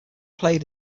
played